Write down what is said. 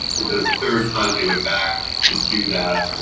the third time they went back to do that,